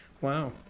wow